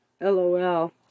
LOL